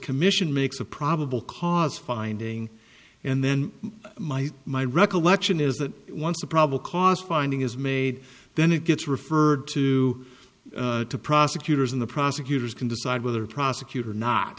commission makes a probable cause finding and then my my recollection is that once the probable cause finding is made then it gets referred to the prosecutors and the prosecutors can decide whether a prosecutor not